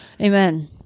Amen